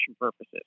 purposes